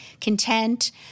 content